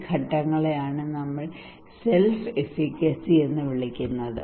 ഈ ഘട്ടങ്ങളെയാണ് നമ്മൾ സെല്ഫ് എഫീക്കസി എന്ന് വിളിക്കുന്നത്